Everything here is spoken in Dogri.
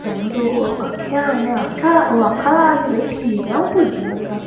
तैलु ते ओह् आक्खेआ उन्नै आखा दा ओह् आखा दा भई ठीक ऐ आ'ऊं पुज्जी जाह्गा